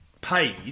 paid